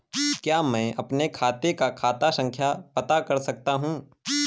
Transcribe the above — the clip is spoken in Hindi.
क्या मैं अपने खाते का खाता संख्या पता कर सकता हूँ?